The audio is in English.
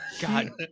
God